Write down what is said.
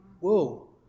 whoa